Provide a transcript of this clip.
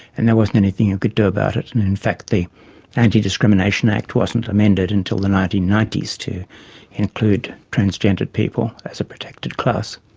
and there wasn't anything you could do about it. and in fact the antidiscrimination act wasn't amended until the nineteen ninety s to include transgendered people as a protected class.